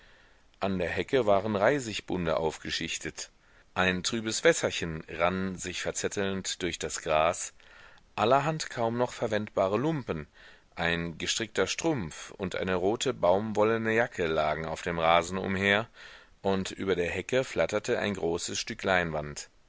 an der hecke waren reisigbunde aufgeschichtet ein trübes wässerchen rann sich verzettelnd durch das gras allerhand kaum noch verwendbare lumpen ein gestrickter strumpf und eine rote baumwollene jacke lagen auf dem rasen umher und über der hecke flatterte ein großes stück leinwand